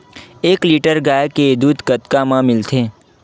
एक लीटर गाय के दुध कतका म मिलथे?